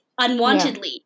unwantedly